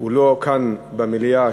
הוא לא כאן במליאה,